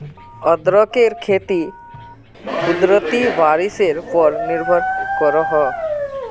अदरकेर खेती कुदरती बारिशेर पोर निर्भर करोह